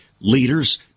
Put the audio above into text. leaders